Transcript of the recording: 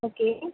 okay